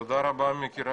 תודה רבה, מיקי.